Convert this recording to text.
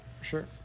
Sure